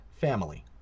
family